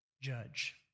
judge